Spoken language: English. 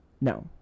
No